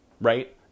right